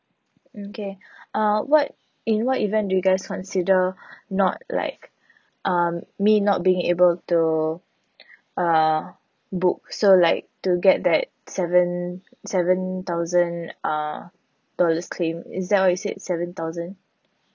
okay uh what in what event do you guys consider not like um me not being able to uh book so like to get that seven seven thousand uh dollars claim is that what you said seven thousand